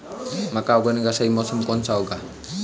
मक्का उगाने का सही मौसम कौनसा है?